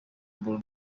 bull